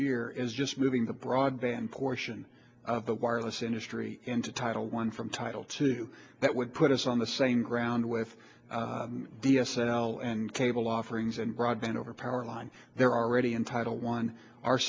year is just moving the broadband portion of the wireless industry into title one from title two that would put us on the same ground with d s l and cable offerings and broadband over powerline there are already entitle one our